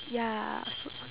ya so